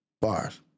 Bars